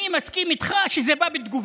אני מסכים איתך שזה בא בתגובה,